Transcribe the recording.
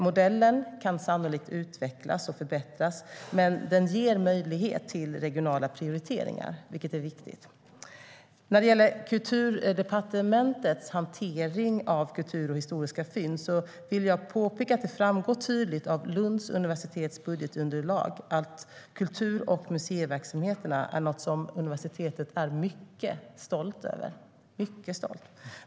Modellen kan sannolikt utvecklas och förbättras, men den ger möjlighet till regionala prioriteringar, vilket är viktigt. När det gäller Kulturdepartementets hantering av kultur och historiska fynd vill jag påpeka att det framgår tydligt av Lunds universitets budgetunderlag att universitetet är mycket stolt över kultur och museiverksamheterna.